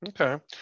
Okay